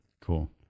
Cool